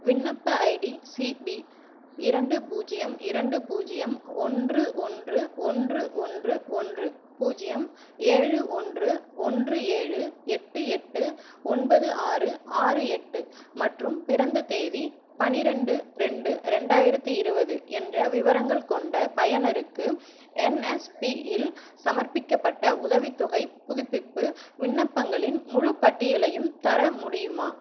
விண்ணப்ப ID C P இரண்டு பூஜ்ஜியம் இரண்டு பூஜ்ஜியம் ஒன்று ஒன்று ஒன்று ஒன்று ஒன்று பூஜ்ஜியம் ஏழு ஒன்று ஒன்று ஏழு எட்டு எட்டு ஒன்பது ஆறு ஆறு எட்டு மற்றும் பிறந்த தேதி பன்னிரெண்டு ரெண்டு ரெண்டாயிரத்தி இருபது என்ற விவரங்கள் கொண்ட பயனருக்கு என்எஸ்பியில் சமர்ப்பிக்கப்பட்ட உதவித்தொகைப் புதுப்பிப்பு விண்ணப்பங்களின் முழுப்பட்டியலையும் தர முடியுமா